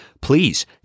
please